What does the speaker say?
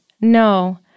No